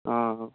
অঁ